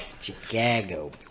Chicago